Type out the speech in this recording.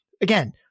again